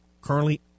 currently